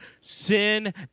sin